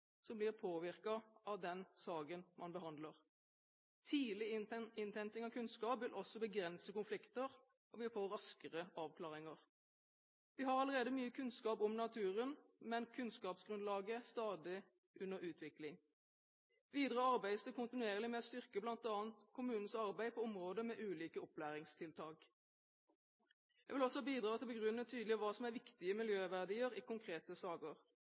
som blir påvirket av den saken man behandler. Tidlig innhenting av kunnskap vil også begrense konflikter, og vi får raskere avklaringer. Vi har allerede mye kunnskap om naturen, men kunnskapsgrunnlaget er stadig under utvikling. Videre arbeides det kontinuerlig med å styrke bl.a. kommunenes arbeid på området med ulike opplæringstiltak. Jeg vil også bidra til å begrunne tydelig hva som er viktige miljøverdier i konkrete saker.